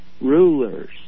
rulers